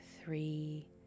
three